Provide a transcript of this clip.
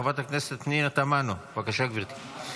חברת הכנסת פנינה תמנו, בבקשה גברתי.